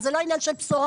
אבל זה לא עניין של בשורה,